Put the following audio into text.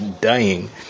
dying